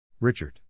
Richard